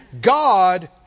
God